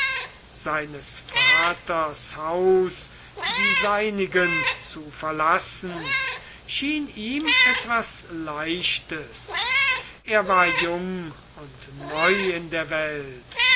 seines vaters haus die seinigen zu verlassen schien ihm etwas leichtes er war jung und neu in der welt